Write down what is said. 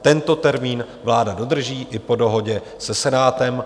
Tento termín vláda dodrží i po dohodě se Senátem.